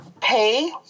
pay